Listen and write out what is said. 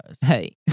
Hey